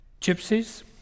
gypsies